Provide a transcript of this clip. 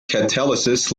catalysis